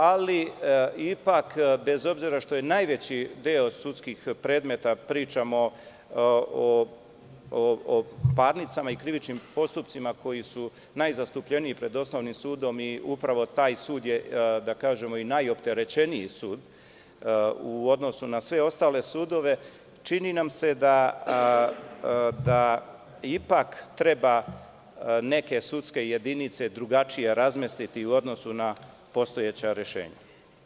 Ali, ipak bez obzira što je najveći deo sudskih predmeta, pričamo o parnicama i krivičnim postupcima koji su najzastupljeniji pred osnovnim sudom, i upravo taj sud je, i najopterećeniji sud u odnosu na sve ostale sudove, čini nam se da ipak treba neke sudske jedinice drugačije razmestiti u odnosu na postojeća rešenja.